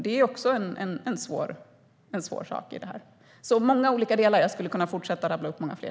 Det är också en svår sak i det här. Det finns alltså många olika delar. Jag skulle kunna fortsätta och rabbla upp många fler.